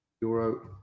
euro